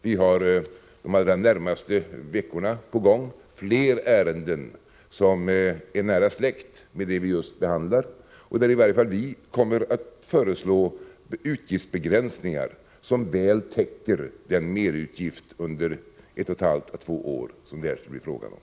Under de allra närmaste veckorna får vi fler ärenden som är nära släkt med det som vi just nu behandlar och där i varje fall vi kommer att föreslå utgiftsbegränsningar som väl täcker den merutgift under 1,5 å 2 år som det här blir fråga om.